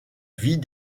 vie